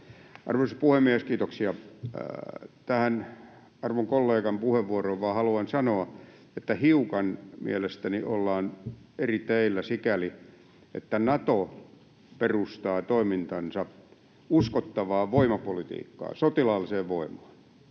Arvoisa puhemies, kiitoksia! Tähän arvon kollegan puheenvuoroon vain haluan sanoa, että mielestäni ollaan hiukan eri teillä sikäli, että Nato perustaa toimintansa uskottavaan voimapolitiikkaan, sotilaalliseen voimaan,